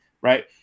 right